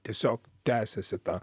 tiesiog tęsiasi ta